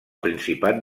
principat